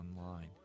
online